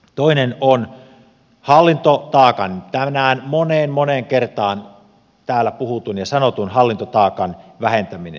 toinen on tänään moneen moneen kertaan täällä puhutun ja sanotun hallintotaakan vähentäminen